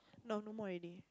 now no more already